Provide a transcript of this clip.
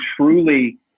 truly